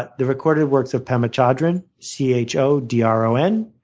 ah the recorded works of pema chodron, c h o d r o n,